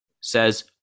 says